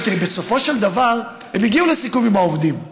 בסופו של דבר הם הגיעו לסיכום עם העובדים.